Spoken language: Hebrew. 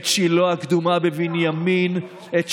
שילה הקדומה בבנימין, שומרון,